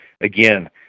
Again